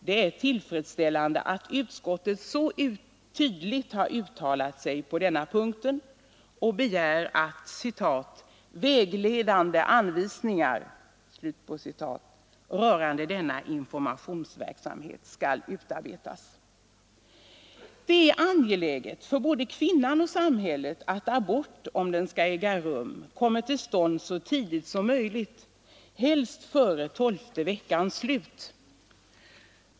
Det är tillfredsställande att utskottet så tydligt har uttalat sig på den punkten och begär att ”vägledande anvisningar” rörande denna informationsverksamhet skall utarbetas. Det är angeläget för både kvinnan och samhället att abort, om den skall äga rum, kommer till stånd så tidigt som möjligt, helst före tolfte veckans slut.